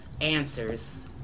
answers